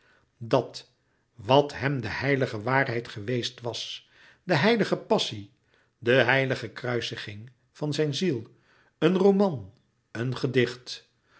dat wat hem de heilige waarheid geweest was de heilige passie de heilige kruisiging van zijn ziel een roman een gedicht